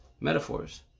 Metaphors